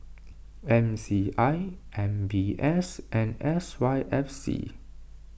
M C I M B S and S Y F C